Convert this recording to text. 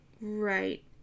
Right